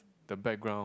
the background